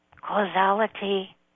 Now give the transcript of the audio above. causality